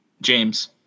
James